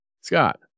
Scott